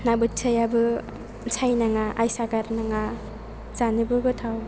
ना बोथियाआबो सायनाङा आइसा गारनाङा जानोबो गोथाव